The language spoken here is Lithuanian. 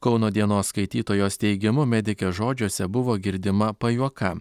kauno dienos skaitytojos teigimu medikės žodžiuose buvo girdima pajuoka